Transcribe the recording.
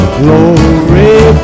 glory